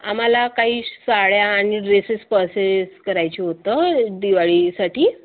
आम्हाला काही साड्या आणि ड्रेसेस परसेस करायचे होतं दिवाळीसाठी